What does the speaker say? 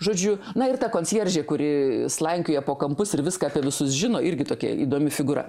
žodžiu na ir ta konsjeržė kuri slankioja po kampus ir viską apie visus žino irgi tokia įdomi figūra